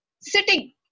Sitting